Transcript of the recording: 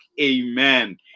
amen